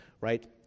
right